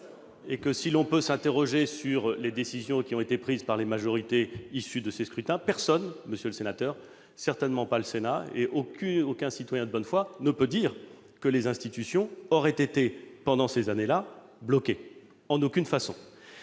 ! Si l'on peut s'interroger sur les décisions qui ont été prises par les majorités issues de ces scrutins, personne, monsieur le sénateur- et certainement pas le Sénat !-, aucun citoyen de bonne foi ne peut dire que les institutions auraient été pendant ces années-là bloquées. En aucune façon